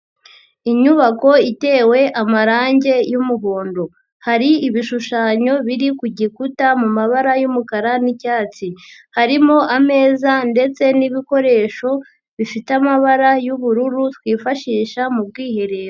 Inyubako itewe amarangi y'umuhondo, hari ibishushanyo biri ku gikuta mu mabara y'umukara n'icyatsi, harimo ameza ndetse n'ibikoresho bifite amabara yubururu twifashisha mu bwiherero.